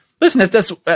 listen